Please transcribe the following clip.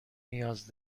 نیاز